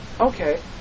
okay